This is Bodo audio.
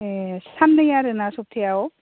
ए साननै आरो ना सब्थायाव